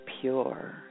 pure